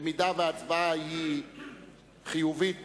אם ההצבעה היא חיובית